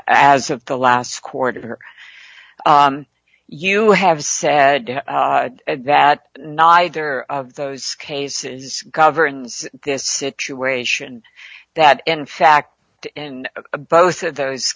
as of the last quarter you have said that neither of those cases governs this situation that in fact in both of those